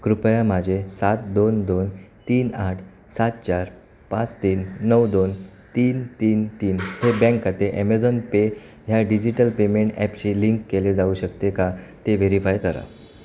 कृपया माझे सात दोन दोन तीन आठ सात चार पाच तीन नऊ दोन तीन तीन तीन हे बँक खाते ॲमेझॉन पे ह्या डिजिटल पेमेंट ॲपशी लिंक केले जाऊ शकते का ते व्हेरीफाय करा